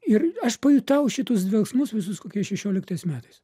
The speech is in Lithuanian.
ir aš pajutau šitus dvelksmus visus kokie šešioliktais metais